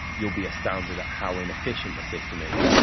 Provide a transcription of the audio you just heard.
you'll be astounded at how inefficient the system is.